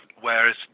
whereas